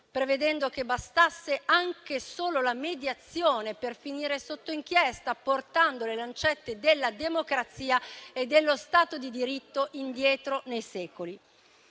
prevedendo che bastasse anche solo la mediazione per finire sotto inchiesta, portando le lancette della democrazia e dello Stato di diritto indietro nei secoli.